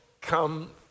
come